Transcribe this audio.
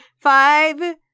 Five